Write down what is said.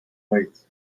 waits